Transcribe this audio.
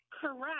Correct